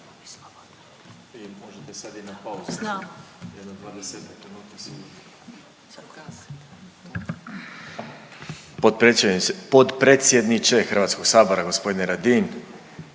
potpredsjedniče Hrvatskog sabora, gospodine Reiner.